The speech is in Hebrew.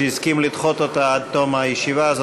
שהסכים לדחות אותה עד תום הישיבה הזאת.